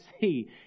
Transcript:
see